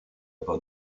pas